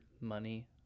money